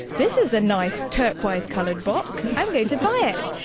this is a nice turquoise colored box, i'm going to buy it.